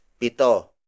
pito